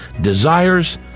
desires